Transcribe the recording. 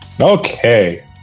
Okay